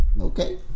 okay